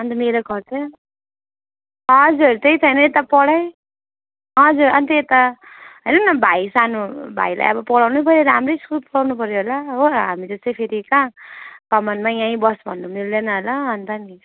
अन्त मेरो खर्च हजुर त्यही त अनि यता पढाइ हजुर अन्त यता हेर्नु न भाइ सानो भाइलाई अब पढाउनैपऱ्यो राम्रै स्कुल पढाउनपऱ्यो होला हो हामी जस्तै फेरि कहाँ कमानमा यहीँ बस् भन्न मिल्दैन होला अन्त नि